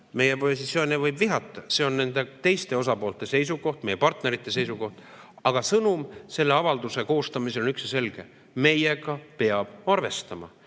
meie positsioone võib vihata, see on nende teiste osapoolte seisukoht, meie partnerite seisukoht. Aga sõnum selle avalduse koostamisel on üks ja selge: meiega peab arvestama,